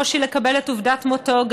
בקושי לקבל את עובדת מותו,